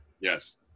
Yes